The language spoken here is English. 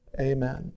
amen